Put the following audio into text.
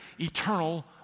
eternal